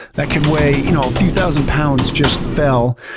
that could weigh you know a few thousand pounds just fell.